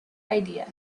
idea